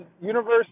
Universe